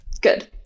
Good